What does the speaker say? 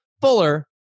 Fuller